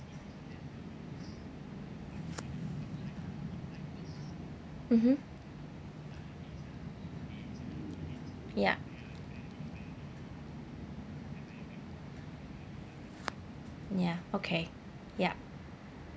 mmhmm ya ya okay yup